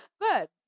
Good